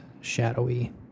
shadowy